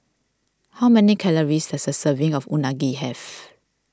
how many calories does a serving of Unagi have